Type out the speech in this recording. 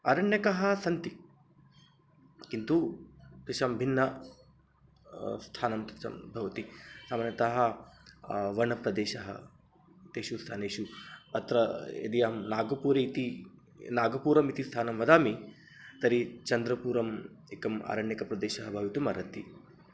आरण्यकः सन्ति किन्तु तेषां भिन्नं स्थानं तत् सर्वं भवति सामान्यतः वनप्रदेशः तेषु स्थानेषु अत्र यदि अहं नागपूर् इति नागपूरम् इति स्थानं वदामि तर्हि चन्द्रपुरम् एकम् आरण्यकप्रदेशः भवितुम् अर्हति